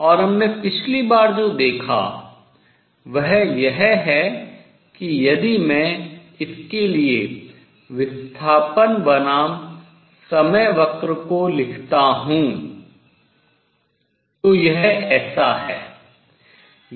और हमने पिछली बार जो देखा वह यह है कि यदि मैं इसके लिए विस्थापन बनाम समय को लिखता हूँ तो यह ऐसा है